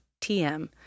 TM